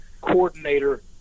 coordinator